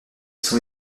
sont